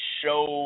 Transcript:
show